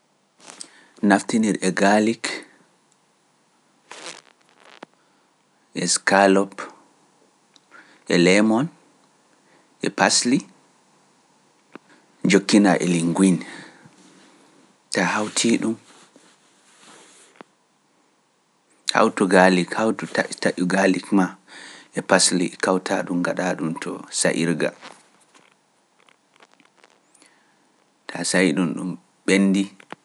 Naftinir e gaalik, eskaalop, e leemoon ma e pasli kawta ɗum gaɗa ɗum to saayirga ta saayi ɗum ɗum ɓendi.